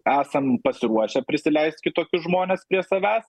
esam pasiruošę prisileist kitokius žmones prie savęs